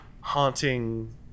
haunting